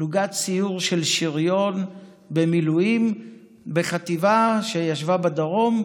פלוגת סיור של שריון במילואים בחטיבה שישבה בדרום,